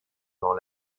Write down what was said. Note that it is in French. dans